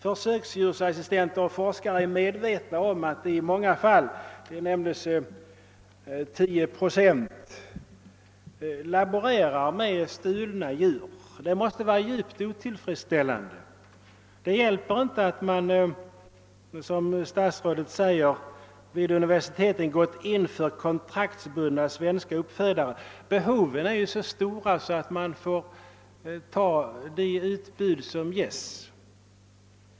Försöksdjursassistenter och forskare är medvetna om att de i många fall — siffran 10 procent har nämnts — laborerar med stulna djur. Detta måste vara djupt otillfredsställande. Det hjälper inte att man, såsom statsrådet säger, vid universiteten gått in för kontraktbundna svenska uppfödare. Behoven är så stora att man får acceptera det utbud som förekommer.